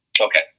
Okay